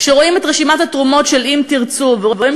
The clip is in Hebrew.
כשרואים את רשימת התרומות של "אם תרצו" ורואים